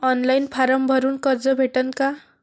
Online form भरून कर्ज भेटन का?